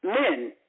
Men